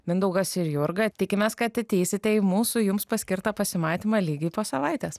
mindaugas ir jurga tikimės kad ateisite į mūsų jums paskirtą pasimatymą lygiai po savaitės